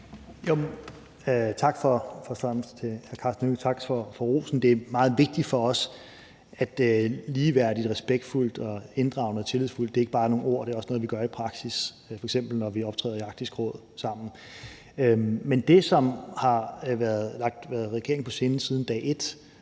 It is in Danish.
tak for rosen til hr. Karsten Hønge. Det er meget vigtigt for os, at ligeværdigt, respektfuldt, inddragende og tillidsfuldt ikke bare er nogle ord, men også er noget, vi gør i praksis, f.eks. når vi optræder sammen i Arktisk Råd. Men det, som har ligget regeringen på sinde siden dag et,